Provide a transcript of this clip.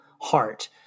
heart